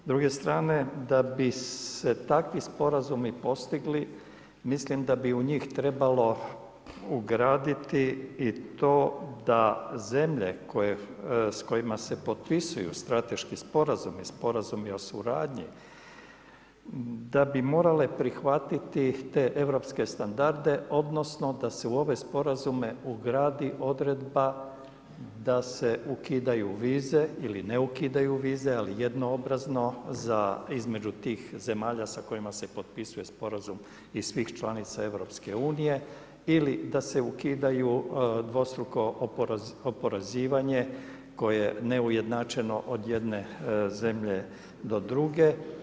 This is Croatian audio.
S druge strane, da bi se takvi sporazumi postigli, mislim da bi u njih trebalo ugraditi i to da zemlje, s kojima se potpisuju strateški sporazumi, sporazumi o suradnji, da bi morale prihvatiti te europske standarde, odnosno, da se u ove sporazume ugradi odredba, da se ukidaju vize ili ne ukidaju vize, ali jednoobrazno za između tih zemalja sa kojima se potpisuje sporazum i svih članica EU, ili da se ukidaju dvostruko oporezivanje koje neujednačeno od jedne zemlje do druge.